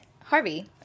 Harvey